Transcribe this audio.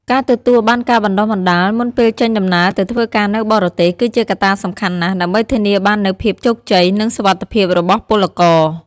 ការទទួលបានការបណ្តុះបណ្តាលមុនពេលចេញដំណើរទៅធ្វើការនៅបរទេស គឺជាកត្តាសំខាន់ណាស់ ដើម្បីធានាបាននូវភាពជោគជ័យ និងសុវត្ថិភាពរបស់ពលករ។